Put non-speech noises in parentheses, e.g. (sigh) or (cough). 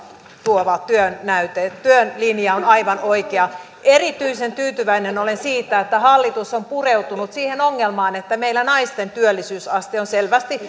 tuova työnäyte työn linja on aivan oikea erityisen tyytyväinen olen siitä että hallitus on pureutunut siihen ongelmaan että meillä naisten työllisyysaste on selvästi (unintelligible)